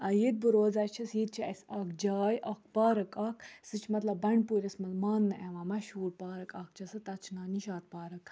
ییٚتہِ بہٕ روزان چھَس ییٚتہِ چھِ اَسہِ اَکھ جاے اَکھ پارَک اَکھ سُہ چھُ مَطلب بَنٛڈپوٗرِس مَنٛز ماننہٕ یِوان مَشہوٗر پارَک اَکھ چھ سُہ تَتھ چھُ ناو نِشاط پارَک